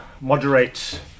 moderate